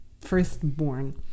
firstborn